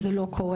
זה לא קורה.